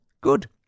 Good